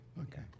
okay